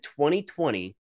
2020